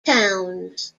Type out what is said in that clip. towns